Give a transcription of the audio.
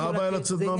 מה הבעיה לצאת מהבנק?